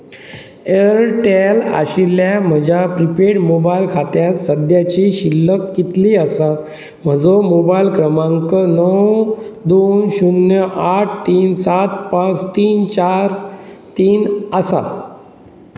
Airtel आशिल्ल्या म्हज्या prepaid mobile खात्यांत सद्याची शिल्लक कितली आसा म्हजो मोबायल क्रमांक णव दोन शुन्य आठ तीन सात पांच तीन चार तीन आसा